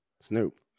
Snoop